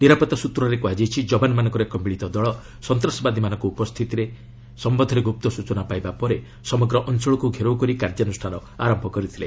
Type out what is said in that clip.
ନିରାପତ୍ତା ସୂତ୍ରରେ କୁହାଯାଇଛି ଯବାମନମାନଙ୍କର ଏକ ମିଳିତ ଦଳ ସନ୍ତାସବାଦୀମାନଙ୍କ ଉପସ୍ଥିତିରେ ଗୁପ୍ତ ସୂଚନା ପାଇବା ପରେ ସମଗ୍ର ଅଞ୍ଚଳକୁ ଘେରଉ କରି କାର୍ଯ୍ୟାନୁଷାନ ଆରମ୍ଭ କରିଥିଲେ